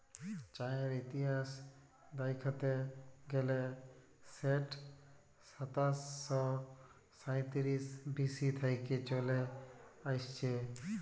চাঁয়ের ইতিহাস দ্যাইখতে গ্যালে সেট সাতাশ শ সাঁইতিরিশ বি.সি থ্যাইকে চলে আইসছে